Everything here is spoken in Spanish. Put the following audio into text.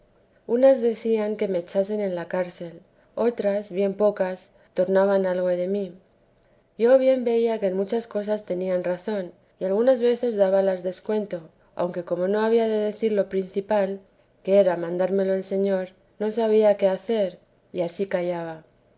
unas decían que me echasen en la cárcel otras bien pocas tornaban algo por mí yo bien veía que en muchas cosas tenían razón y algunas veces dábales descuento aunque como no había de decir lo principal que era mandármelo el señor no sabía qué hacer y ansí callaba